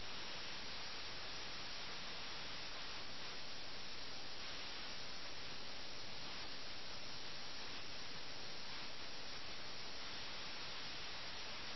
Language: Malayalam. യഥാർത്ഥ രാഷ്ട്രീയ ലോകവുമായി ഒരു ബന്ധവുമില്ലാത്ത ഈ പ്രത്യേക ഗെയിമിന്റെ വിജയികളെയും പരാജിതരെയും കുറിച്ച് വേവലാതിപ്പെടുന്ന ഈ രണ്ട് കളിക്കാർ ആ ആശയം പൂർണ്ണമായും മറന്നു